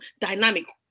dynamic